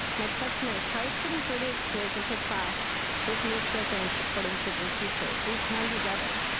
my question is how is putting thirty eight kids into a class with new curriculums supporting kids and teachers? we can do better.